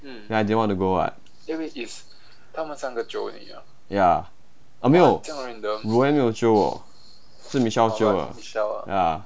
and I didn't want to go [what] ya uh 没有 roanne 没有 jio 我是 michelle jio 我